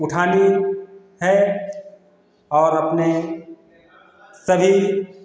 उठानी है और अपने सभी